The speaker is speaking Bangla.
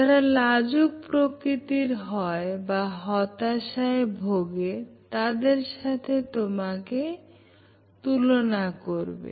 যারা লাজুক প্রকৃতির হয় বা হতাশায় ভোগে তাদের সাথে তোমাকে তুলনা করবে